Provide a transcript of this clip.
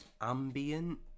ambient